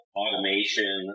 automation